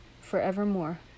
forevermore